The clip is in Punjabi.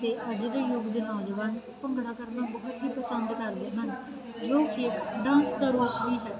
ਤੇ ਅੱਜ ਦੇ ਯੁੱਗ ਦੇ ਨੌਜਵਾਨ ਭੰਗੜਾ ਕਰਨਾ ਬਹੁਤ ਹੀ ਪਸੰਦ ਕਰਦੇ ਹਨ ਜੋ ਕੀ ਇੱਕ ਡਾਂਸ ਦਾ ਰੂਪ ਵੀ ਹੈ